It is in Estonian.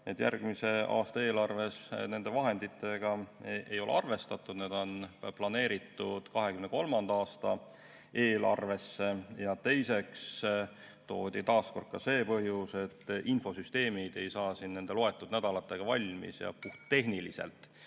järgmise aasta eelarves nende vahenditega ei ole arvestatud, need on planeeritud 2023. aasta eelarvesse. Teiseks toodi taas kord ka see põhjus, et infosüsteemid ei saa nende loetud nädalatega valmis ja puhttehniliselt